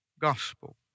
gospel